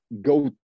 go